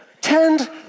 tend